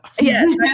Yes